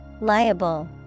Liable